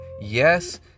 Yes